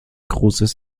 großes